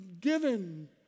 given